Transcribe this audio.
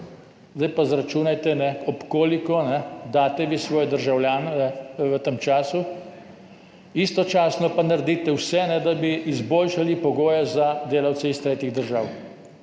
Zdaj pa izračunajte, za koliko prikrajšate vi svoje državljane v tem času. Istočasno pa naredite vse, da bi izboljšali pogoje za delavce iz tretjih držav,